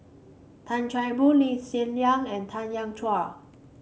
Tan Chan Boon Lee Hsien and Tanya Chua